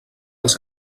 els